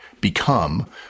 become